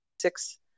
six